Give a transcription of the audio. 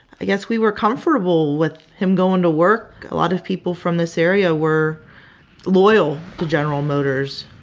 i guess we were comfortable with him goin' to work. a lot of people from this area were loyal to general motors.